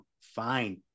Fine